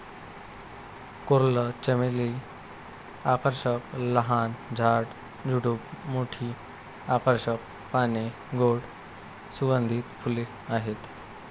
coral चमेली आकर्षक लहान झाड, झुडूप, मोठी आकर्षक पाने, गोड सुगंधित फुले आहेत